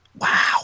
Wow